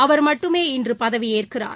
அவர் மட்டுமே இன்று பதவியேற்கிறார்